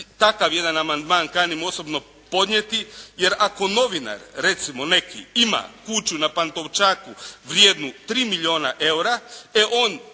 Takav jedan amandman kanim osobno podnijeti. Jer, ako novinar, recimo neki, ima kuću na Pantovčaku vrijednu 3 milijuna eura,